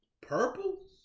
Purple